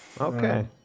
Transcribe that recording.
okay